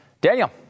Daniel